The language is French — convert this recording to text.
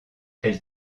elle